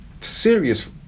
serious